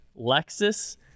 lexus